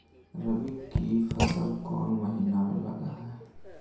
रबी की फसल कोन महिना में लग है?